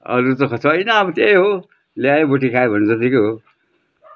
हजुर दुःख छैन अब त्यही हो ल्यायो भुटी खायो भने जत्तिकै हो